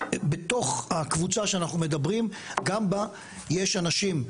גם בתוך הקבוצה שאנחנו מדברים עליה יש אנשים,